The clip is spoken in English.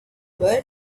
where